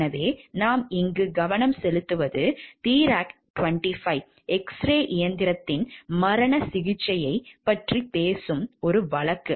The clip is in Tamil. எனவே நாம் இங்கு கவனம் செலுத்துவது தீராக் 25 எக்ஸ்ரே இயந்திரத்தின் மரண சிகிச்சையைப் பற்றி பேசும் ஒரு வழக்கு